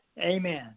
Amen